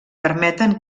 permeten